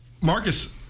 Marcus